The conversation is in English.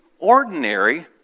ordinary